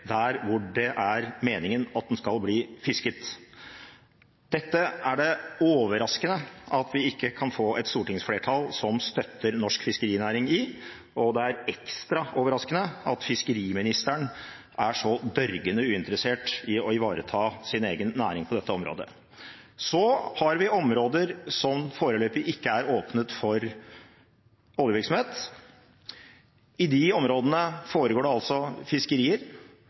det er meningen at den skal bli fisket. Det er overraskende at vi ikke kan få et stortingsflertall som støtter norsk fiskerinæring i dette, og det er ekstra overraskende at fiskeriministeren er så dørgende uinteressert i å ivareta sin egen næring på dette området. Så har vi områder som foreløpig ikke er åpnet for oljevirksomhet. I de områdene foregår det fiskerier,